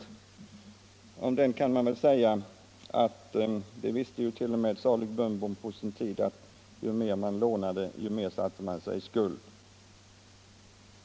Redan Salig Dumbom visste på sin tid att ju mer man lånade, desto mer satte man sig i skuld.